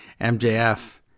MJF